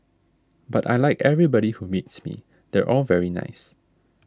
but I like everybody who meets me they're all very nice